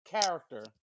character